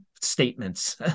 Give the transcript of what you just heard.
statements